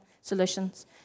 solutions